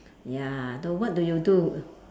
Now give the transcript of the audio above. ya so what do you do